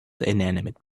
inanimate